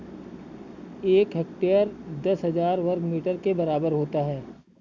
एक हेक्टेयर दस हजार वर्ग मीटर के बराबर होता है